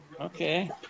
Okay